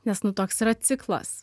nes nu toks yra ciklas